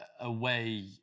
away